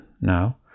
now